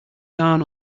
down